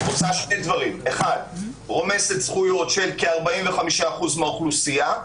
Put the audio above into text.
עושה שני דברים: 1. רומסת זכויות של כ-45% מהאוכלוסייה.